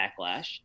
backlash